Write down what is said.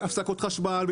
הפסקות חשמל.